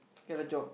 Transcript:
get a job